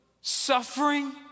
suffering